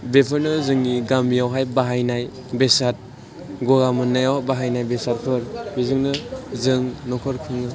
बेफोरनो जोंनि गामियावहाय बाहायनाय बेसाद गगा मोननायाव बाहायनाय बेसादफोर बेजोंनो जों न'खर खुङो